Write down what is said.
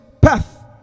path